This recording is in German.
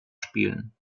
spielen